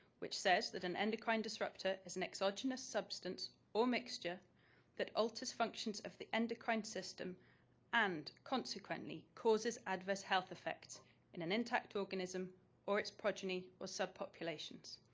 which says that an endocrine disruptor is an exogenous substance or mixture that alters functions of the endocrine system and consequently causes adverse health effects in an intact organism or its progeny or subpopulations.